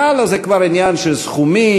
והלאה זה כבר עניין של סכומים,